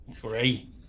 great